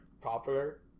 popular